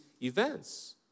events